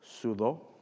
Sudo